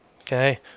okay